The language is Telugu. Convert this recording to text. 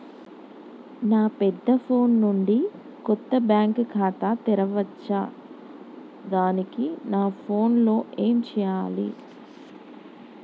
నా పెద్ద ఫోన్ నుండి కొత్త బ్యాంక్ ఖాతా తెరవచ్చా? దానికి నా ఫోన్ లో ఏం చేయాలి?